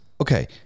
Okay